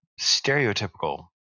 stereotypical